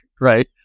right